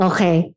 Okay